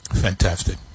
Fantastic